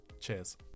Cheers